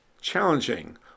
challenging